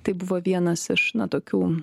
tai buvo vienas iš tokių